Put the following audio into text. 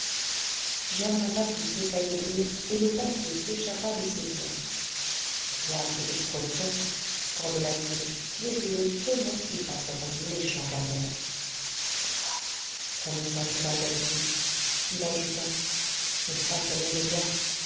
germain patou cessa de lire et le papier s'échappa de ses doigts diable de breton grommela t il si je le tenais il passerait un méchant quart d'heure tais-toi prononça tout bas gâteloup il ajouta n'est-ce pas qu'elle l'aimait bien